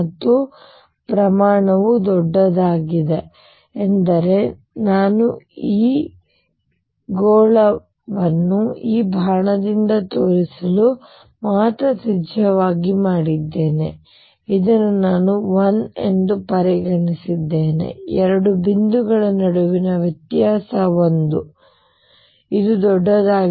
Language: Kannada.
ಮತ್ತು ಪ್ರಮಾಣವು ದೊಡ್ಡದಾಗಿದೆ ಎಂದರೆ ನಾನು ಈ ನೀಲಿ ಗೋಳವನ್ನು ಈ ಬಾಣದಿಂದ ತೋರಿಸಲು ಮಾತ್ರ ತ್ರಿಜ್ಯವಾಗಿ ಮಾಡಿದ್ದೇನೆ ಆದರೆ ಇದನ್ನು ನಾನು 1 ಎಂದು ಪರಿಗಣಿಸುತ್ತಿದ್ದೇನೆ ಎರಡು ಬಿಂದುಗಳ ನಡುವಿನ ವ್ಯತ್ಯಾಸ 1 ಇದು ದೊಡ್ಡದಾಗಿರುತ್ತದೆ 1023